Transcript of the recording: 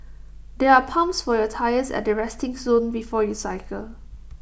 there are pumps for your tyres at the resting zone before you cycle